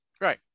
Right